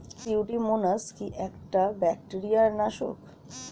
Pseudomonas কি একটা bacteria নাশক?